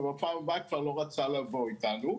ופעם הבאה הוא כבר לא רצה לבוא איתנו,